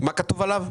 מה כתוב עליו?